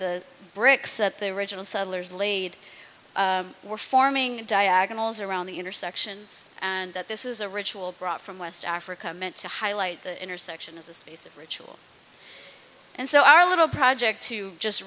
the bricks that they were originally settlers laid were forming diagonals around the intersections and that this is a ritual brought from west africa meant to highlight the intersection of the space of ritual and so our little project to just